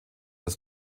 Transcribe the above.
das